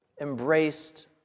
embraced